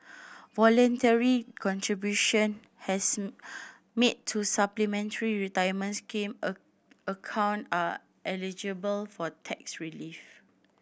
voluntary contribution has made to Supplementary Retirement Scheme a account are eligible for tax relief